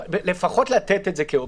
לפחות לתת את זה כאופציה.